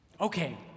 Okay